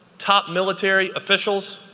top military officials,